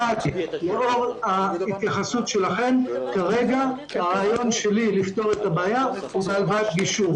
לאור ההתייחסות שלכם אני הצעתי שכדי לפתור את הבעיה יהיה בהלוואת גישור.